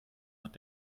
hat